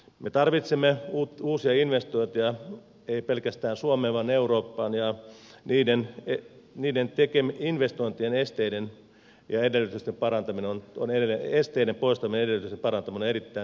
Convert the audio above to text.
me tarvitsemme uusia investointeja ei pelkästään suomeen vaan eurooppaan ja niiden investointien esteiden poistaminen ja edellytysten parantaminen on erittäin tärkeää